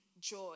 joy